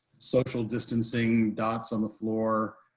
social distancing, dots on the floor.